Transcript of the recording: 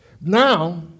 Now